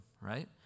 right